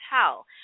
tell